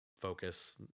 focus